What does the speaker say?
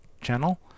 channel